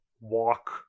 walk